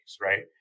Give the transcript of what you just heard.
right